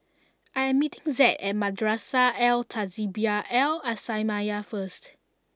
I am meeting Zed at Madrasah Al Tahzibiah Al islamiah first